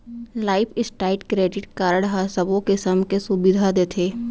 life style credit card ह सबो किसम के सुबिधा देथे